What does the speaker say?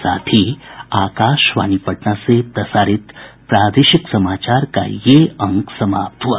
इसके साथ ही आकाशवाणी पटना से प्रसारित प्रादेशिक समाचार का ये अंक समाप्त हुआ